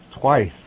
twice